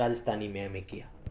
راجستھانی میں M A کیا